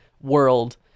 world